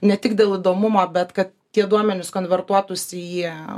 ne tik dėl įdomumo bet kad tie duomenys konvertuotųsi į